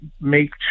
make